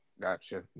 gotcha